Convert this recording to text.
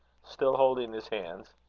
still holding his hands.